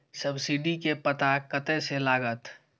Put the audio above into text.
Subsidy के पता कतय से लागत?